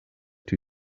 too